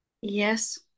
Yes